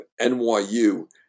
NYU